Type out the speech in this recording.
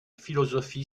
philosophie